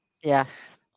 Yes